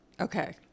Okay